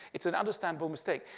it's an ununderstandable mistake,